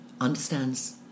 Understands